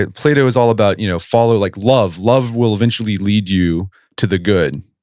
and plato is all about you know follow like love. love will eventually lead you to the good,